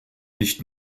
nicht